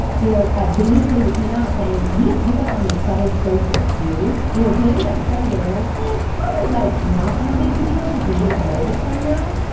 you know the new study that came out, saying we don't pick up on these subtle social cues. you know at the end of that study, they were like, it's probably like not that big of a deal, because we would've noticed by now.